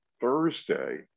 Thursday